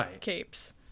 capes